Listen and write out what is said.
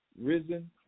risen